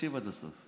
תקשיב עד הסוף.